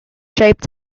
shape